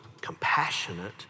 compassionate